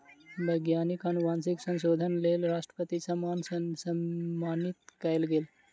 वैज्ञानिक अनुवांशिक संशोधनक लेल राष्ट्रपति सम्मान सॅ सम्मानित कयल गेल